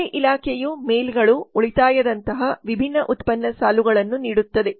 ಅಂಚೆ ಇಲಾಖೆಯು ಮೇಲ್ಗಳು ಉಳಿತಾಯದಂತಹ ವಿಭಿನ್ನ ಉತ್ಪನ್ನ ಸಾಲುಗಳನ್ನು ನೀಡುತ್ತದೆ